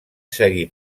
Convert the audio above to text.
seguir